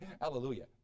Hallelujah